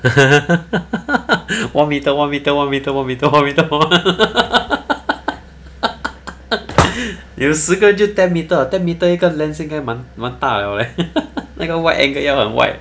one metre one metre one metre one metre one metre one 你有十个人就 ten metre 了 ten metres 一个 lens 就应该蛮蛮大了 leh 那个 wide angle 要很 wide